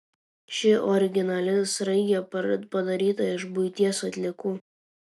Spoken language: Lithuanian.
ši originali sraigė padaryta iš buities atliekų